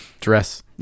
dress